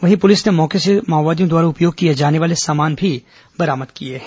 वहीं पुलिस ने मौके से माओवादियों द्वारा उपयोग किए जाने वाले सामान भी बरामद किए हैं